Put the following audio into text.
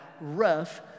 rough